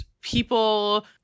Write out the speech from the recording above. people